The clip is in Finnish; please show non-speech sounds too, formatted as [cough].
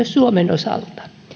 [unintelligible] suomen osalta